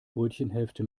brötchenhälfte